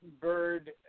bird